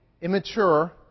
immature